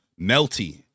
Melty